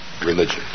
religion